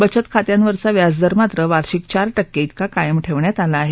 बचत खात्यावरचा व्याज दर मात्र वार्षिक चार टक्के इतका कायम ठेवण्यात आला आहे